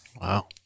Wow